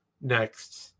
next